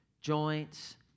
joints